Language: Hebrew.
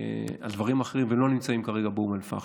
על דברים אחרים, ולא נמצאים כרגע באום אל-פחם.